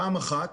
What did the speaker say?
פעם אחת,